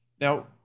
Now